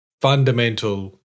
fundamental